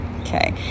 okay